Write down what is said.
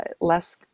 less